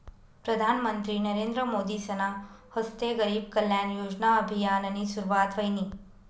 प्रधानमंत्री नरेंद्र मोदीसना हस्ते गरीब कल्याण योजना अभियाननी सुरुवात व्हयनी